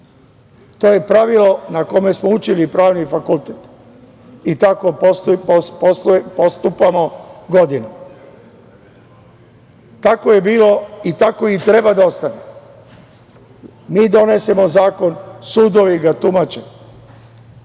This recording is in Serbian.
To je pravilo na kome smo učili, Pravni fakultet i tako postupamo godinama. Tako je bio i tako i treba da ostane. Mi donesemo zakon, sudovi ga tumače.